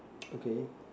okay